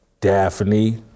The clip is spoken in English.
Daphne